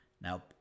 Now